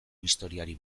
historiari